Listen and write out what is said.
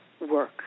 work